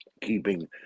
keeping